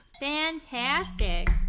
Fantastic